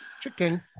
chicken